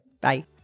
Bye